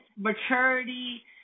maturity